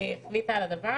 החליטה על הדבר.